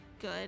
good